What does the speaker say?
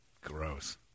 Gross